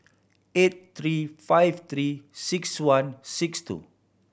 eight three five Three Six One six two